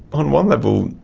on one level,